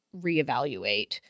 reevaluate